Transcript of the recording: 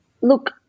Look